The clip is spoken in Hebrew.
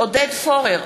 עודד פורר,